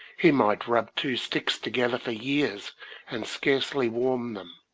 he might rub two sticks together for years and scarcely warm them.